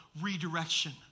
redirection